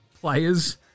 players